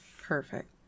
Perfect